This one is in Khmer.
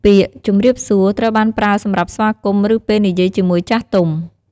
ពាក្យ "ជំរាបសួរ" ត្រូវបានប្រើសម្រាប់ស្វាគមន៍ ឬពេលនិយាយជាមួយចាស់ទុំ។